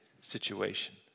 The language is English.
situation